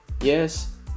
Yes